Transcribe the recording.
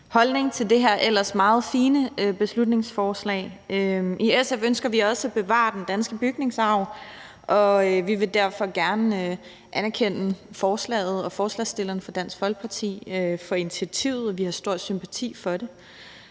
holdning til det her ellers meget fine beslutningsforslag. I SF ønsker vi også at bevare den danske bygningsarv, og vi vil derfor gerne anerkende forslaget og forslagsstillerne fra Dansk Folkeparti for initiativet, og vi har stor sympati for det.